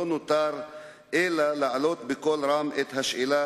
לא נותר אלא להעלות בקול רם את השאלה,